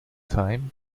time